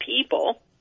people